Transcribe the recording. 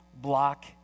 block